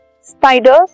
spiders